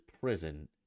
prison